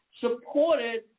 supported